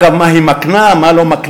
אגב, מה היא מקנה, מה היא לא מקנה.